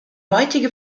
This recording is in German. heutige